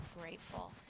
grateful